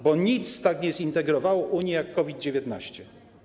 Bo nic tak nie zintegrowało Unii jak COVID-19.